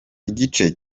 igice